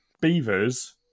beavers